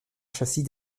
châssis